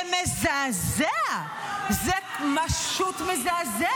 זה מזעזע, זה פשוט מזעזע.